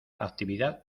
actividad